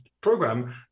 program